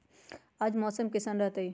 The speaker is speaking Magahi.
आज मौसम किसान रहतै?